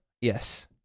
Yes